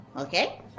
Okay